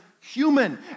human